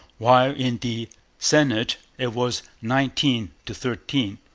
while in the senate it was nineteen to thirteen.